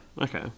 Okay